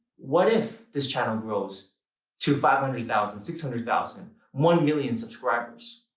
what if this channel grows to five-hundred-thousand, six-hundred thousand, one million subscribers?